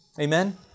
Amen